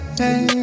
hey